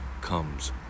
comes